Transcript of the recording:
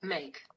Make